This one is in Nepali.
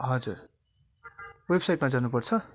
हजुर वेबसाइटमा जानुपर्छ